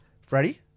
Freddie